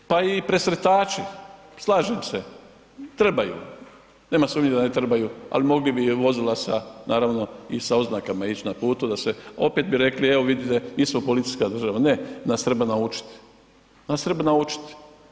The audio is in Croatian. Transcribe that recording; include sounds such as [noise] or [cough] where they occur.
Pa i presretači, slažem se, trebaju, nema sumnje da ne trebaju ali mogli bi vozila naravno i sa oznakama ići na putu da se opet bi rekli, evo vidite ... [unintelligible] smo policijska država, ne, nas treba naučiti, nas treba naučiti.